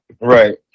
Right